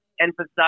emphasize